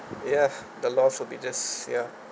ya the loss will be just ya